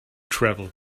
travel